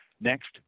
Next